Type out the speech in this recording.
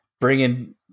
bringing